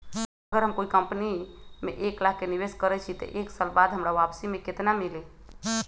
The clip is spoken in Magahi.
अगर हम कोई कंपनी में एक लाख के निवेस करईछी त एक साल बाद हमरा वापसी में केतना मिली?